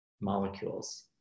molecules